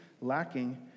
lacking